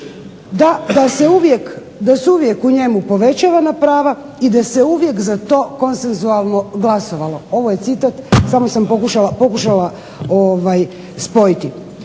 da su uvijek u njemu povećavana prava i da se uvijek za to konsensualno glasovalo. Ovo je citata samo sam pokušala spojiti.